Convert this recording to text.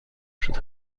should